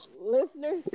listeners